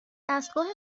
دستگاه